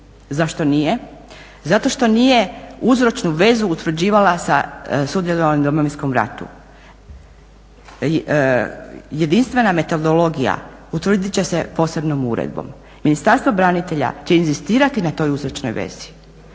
Zašto nije? Zato što nije uzročnu vezu utvrđivala sa sudjelovanjem u Domovinskom ratu. Jedinstvena metodologija utvrdit će se posebnom uredbom. Ministarstvo branitelja će inzistirati na toj uzročnoj vezi